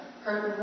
hurt